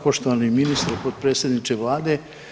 Poštovani ministre i potpredsjedniče Vlade.